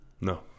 No